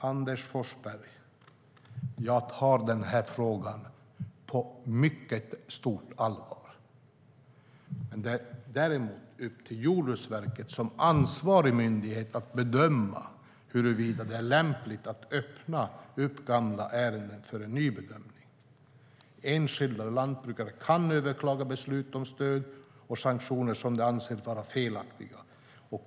Anders Forsberg, jag tar denna fråga på mycket stort allvar. Det är däremot upp till Jordbruksverket som ansvarig myndighet att bedöma huruvida det är lämpligt att öppna upp gamla ärenden för en ny bedömning. Enskilda lantbrukare kan överklaga beslut om stöd och sanktioner som de anser vara felaktiga.